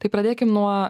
tai pradėkim nuo